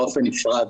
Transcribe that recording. באופן נפרד.